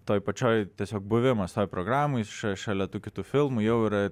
toj pačioje tiesiog buvimas toj programoj ša šalia tų kitų filmų jau yra